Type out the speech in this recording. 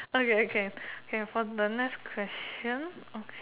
okay okay can okay for the next question okay